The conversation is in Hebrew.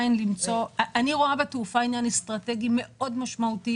אנחנו רואות ורואים איך הוא מוכיח את עצמו בצורה בלתי רגילה.